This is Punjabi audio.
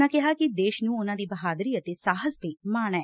ਉਨ੍ਹਾਂ ਕਿਹਾ ਕਿ ਦੇਸ਼ ਨੂੰ ਉਨ੍ਹਾਂ ਦੀ ਬਹਾਦਰੀ ਅਤੇ ਸਾਹਸ ਤੇ ਮਾਣ ਐ